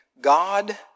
God